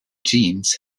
jeans